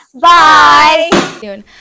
Bye